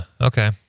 Okay